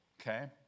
okay